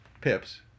pips